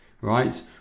right